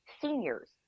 seniors